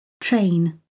Train